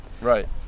right